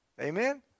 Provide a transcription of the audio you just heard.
Amen